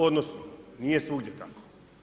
Odnosno, nije svugdje tako.